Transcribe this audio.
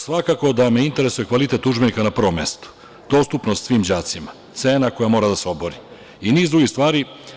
Svakako da me interesuje kvalitet udžbenika na prvom mestu, dostupnost svim đacima, cena koja mora da se obori i niz drugih stvari.